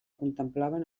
contemplaven